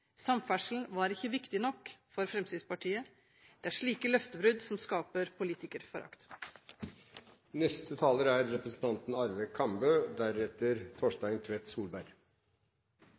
Samferdsel var ikke viktig nok for Fremskrittspartiet. Det er slike løftebrudd som skaper politikerforakt. Jeg må si det er